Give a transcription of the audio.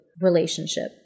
relationship